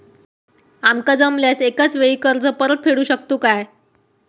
आमका जमल्यास एकाच वेळी कर्ज परत फेडू शकतू काय?